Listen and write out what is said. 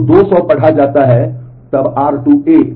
तो 200 पढ़ा जाता है तब r2